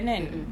mm mm